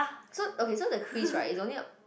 so okay so the quiz right it's only